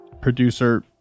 producer